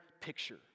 picture